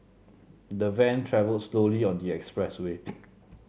the van travelled slowly on the expressway